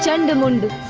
and and